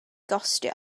gostio